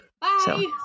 Bye